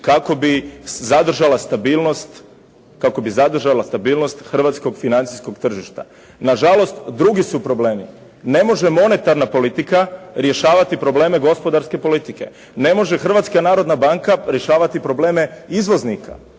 kako bi zadržala stabilnost hrvatskog financijskog tržišta. Na žalost drugi su problemi, ne može monetarna politika rješavati probleme gospodarske politike. Ne može Hrvatska narodna banka rješavati probleme izvoznika.